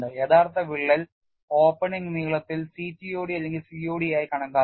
യഥാർത്ഥ വിള്ളൽ opening നീളത്തിൽ CTOD അല്ലെങ്കിൽ COD ആയി കണക്കാക്കുന്നു